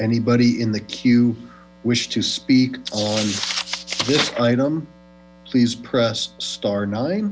anybody in the queue wished to speak on this item please press star nine